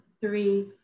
three